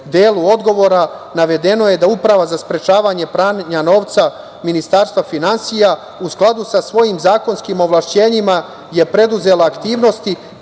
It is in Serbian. delu odgovora navedeno je da Uprava za sprečavanje pranja novca Ministarstva finansija, u skladu sa svojim zakonskim ovlašćenjima je preduzela aktivnosti